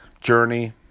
journey